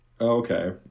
okay